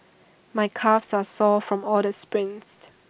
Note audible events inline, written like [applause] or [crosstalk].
my calves are sore from all the sprints [noise]